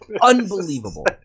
Unbelievable